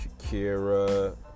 Shakira